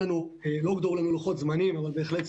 לא הוגדרו לנו לוחות זמנים אבל בהחלט,